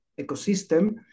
ecosystem